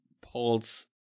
Paul's